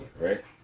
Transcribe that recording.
right